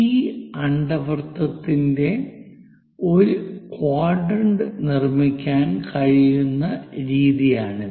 ഈ അണ്ഡവൃത്തത്തിന്റെ ഒരു ക്വാഡ്രന്റ് നിർമ്മിക്കാൻ കഴിയുന്ന രീതിയാണിത്